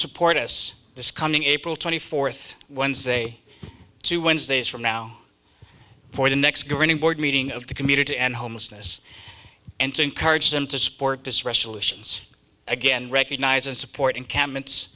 support us this coming april twenty fourth when say two wednesdays from now for the next governing board meeting of the community and homelessness and to encourage them to support this resolution again recognize and support encampments